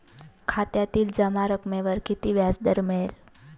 खात्यातील जमा रकमेवर किती व्याजदर मिळेल?